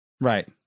Right